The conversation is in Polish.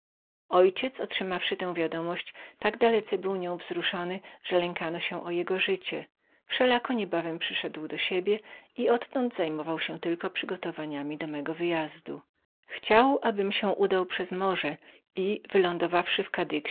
ojciec otrzymawszy tę wiadomość tak dalece był nią wzruszony że lękano się o jego życie wszelako niebawem przyszedł do siebie i odtąd zajmował się tylko przygotowaniami do mego wyjazdu chciał abym udał się przez morze i wylądowawszy w